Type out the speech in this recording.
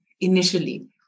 initially